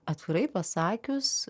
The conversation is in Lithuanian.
atvirai pasakius